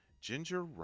Ginger